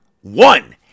one